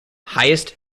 highest